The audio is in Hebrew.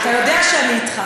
אתה יודע שאני אתך.